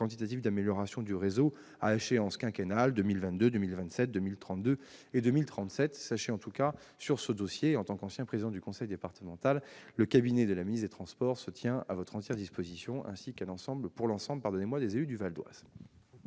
quantitatifs d'amélioration du réseau à échéances quinquennales en 2022, 2027, 2032 et 2037. Sachez en tout cas, en tant qu'ancien président du conseil départemental, que, sur ce dossier, le cabinet de la ministre des transports se tient à votre entière disposition, ainsi qu'à celle de l'ensemble des élus du Val-d'Oise.